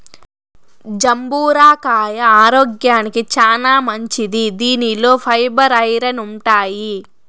జంబూర కాయ ఆరోగ్యానికి చానా మంచిది దీనిలో ఫైబర్, ఐరన్ ఉంటాయి